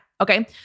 Okay